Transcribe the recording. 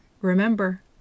remember